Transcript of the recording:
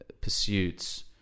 pursuits